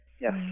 Yes